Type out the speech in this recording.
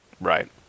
right